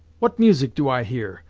what music do i hear?